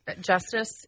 justice